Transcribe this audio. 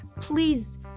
Please